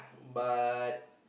but